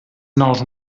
nous